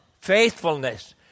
Faithfulness